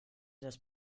das